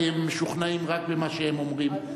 כי הם משוכנעים רק במה שהם אומרים,